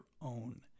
own